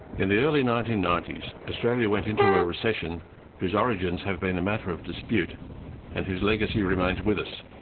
in the early nineteen ninety s, australia went into a recession whose origins have been a matter of dispute and whose legacy remains with us.